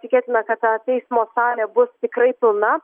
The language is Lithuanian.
tikėtina kad ta teismo salė bus tikrai pilna